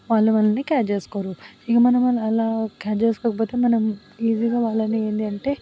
వాళ్ళు మనలని క్యాచ్ చేసుకోరు ఇక మనం అలా అలా క్యాచ్ చేసుకోకపోతే మనం ఈజీగా వాళ్ళని ఏంటి అంటే